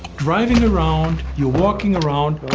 driving around, you're walking around,